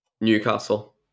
Newcastle